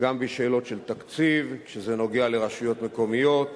גם בשאלות של תקציב כשזה נוגע לרשויות מקומיות,